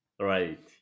right